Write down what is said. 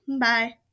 Bye